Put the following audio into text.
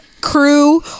crew